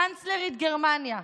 קנצלרית גרמניה,